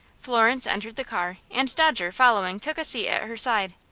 florence entered the car, and dodger, following, took a seat at her side.